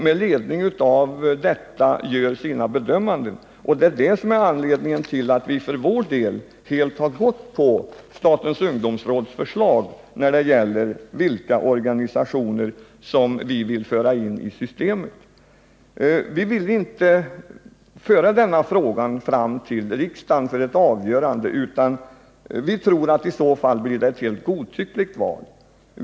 Med ledning av detta gör de sina bedömningar. Det är anledningen till att vi får följa statens ungdomsråds förslag till organisationer som skall föras in i systemet. Vi vill inte föra denna fråga fram till riksdagen för ett avgörande. Vi tror att det i så fall blir ett helt godtyckligt val.